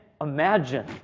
imagine